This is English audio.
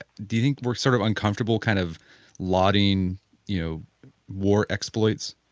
do you think we're sort of uncomfortable kind of lauding you know war exploits?